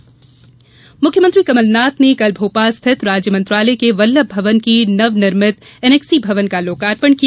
annexe लोकार्पण मुख्यमंत्री कमलनाथ ने कल भोपाल स्थित राज्य मंत्रालय के वल्लभ भवन की नवनिर्मित एनेक्सी भवन का लोकार्पण किया